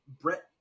Brett